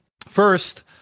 First